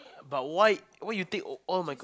but why what you take all all my